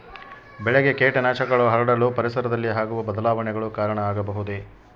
ಬೆಳೆಗೆ ಕೇಟನಾಶಕಗಳು ಹರಡಲು ಪರಿಸರದಲ್ಲಿ ಆಗುವ ಬದಲಾವಣೆಗಳು ಕಾರಣ ಆಗಬಹುದೇ?